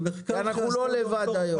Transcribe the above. אנחנו לא לבד היום.